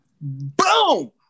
boom